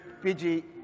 PG